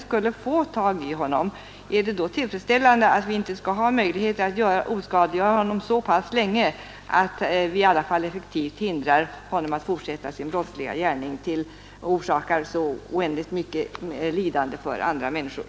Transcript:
Anser herr Takman att det är tillfredsställande att vi inte skall ha möjlighet att oskadliggöra honom så länge att vi i alla fall effektivt hindrar honom att fortsätta sin brottsliga gärning, som orsakar så oändligt mycket lidande för andra människor?